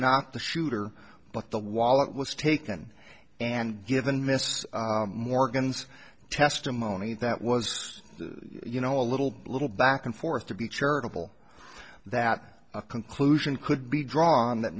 not the shooter but the wallet was taken and given mr morgan's testimony that was you know a little a little back and forth to be charitable that a conclusion could be drawn that